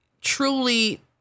truly